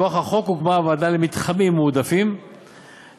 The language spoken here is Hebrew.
מכוח החוק הוקמה הוועדה למתחמים מועדפים לדיור,